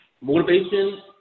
motivation